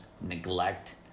neglect